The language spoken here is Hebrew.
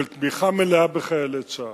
של תמיכה מלאה בחיילי צה"ל.